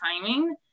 timing